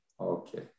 Okay